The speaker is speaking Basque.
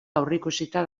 aurreikusita